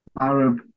Arab